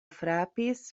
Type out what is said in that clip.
frapis